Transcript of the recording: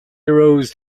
roused